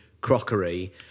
crockery